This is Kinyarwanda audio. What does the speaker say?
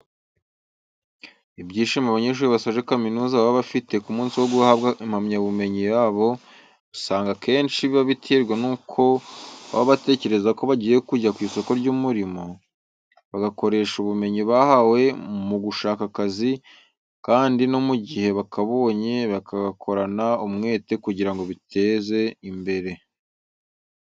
Ibyishimo abanyeshuri basoje kaminuza baba bafite ku munsi wa guhabwa impamyabumenyi yabo, usanga akenshi biba biterwa nuko baba batekereza ko bagiye kujya ku isoko ry'umurimo, bagakoresha ubumenyi bahawe mu gushaka akazi kandi no mu gihe bakabonye, bakagakorana umwete kugira ngo biteze imbere.